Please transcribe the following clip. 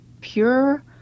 pure